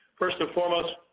first and foremost,